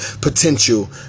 potential